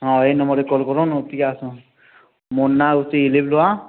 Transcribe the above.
ହଁ ଏଇ ନମ୍ୱରରେ କଲ୍ କରନ୍ତୁ ଏଠି କି ଆସନ୍ତୁ ମୋ ନାଁ ହେଉଛି ଇଲିଦ୍ୱା